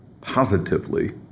positively